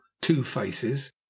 Two-Faces